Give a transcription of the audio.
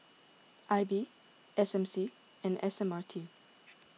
I B S M C and S M R T